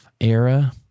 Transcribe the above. era